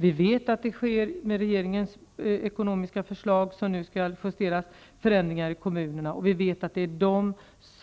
Vi vet att det med regeringens ekonomiska förslag, som nu skall justeras, kommer att ske förändringar i kommunerna. Vi vet också att det gäller den typ